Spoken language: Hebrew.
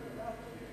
כ"ה בשבט התש"ע,